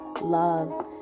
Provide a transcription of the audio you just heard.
love